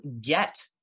get